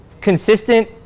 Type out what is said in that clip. consistent